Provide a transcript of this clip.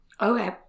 Okay